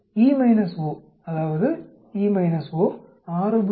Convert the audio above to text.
E O அதாவது E O 6